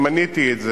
אני מניתי את זה.